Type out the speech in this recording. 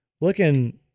Looking